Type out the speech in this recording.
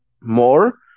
more